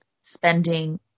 spending